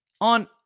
on